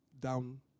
down